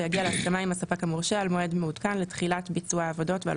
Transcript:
ויגיע להסכמה עם הספק המורשה על מועד מעודכן לתחילת ביצוע העבודות ועל